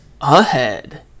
ahead